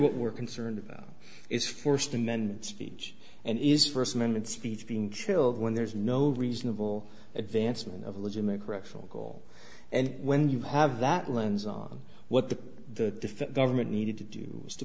we're concerned about is first and then speech and is first amendment speech being killed when there is no reasonable advancement of legitimate correctional goal and when you have that lens on what the government needed to do is to